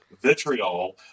vitriol